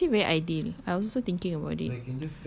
ya it's actually very ideal I also thinking about it